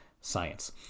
science